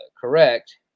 correct